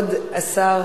כבוד השר.